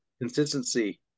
consistency